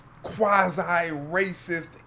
Quasi-racist